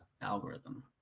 algorithm